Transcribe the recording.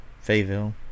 Fayetteville